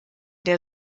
der